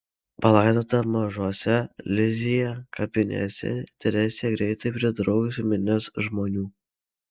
palaidota mažose lizjė kapinėse teresė greitai pritrauks minias žmonių